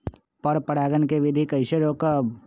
पर परागण केबिधी कईसे रोकब?